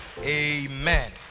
amen